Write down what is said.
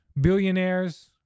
Billionaires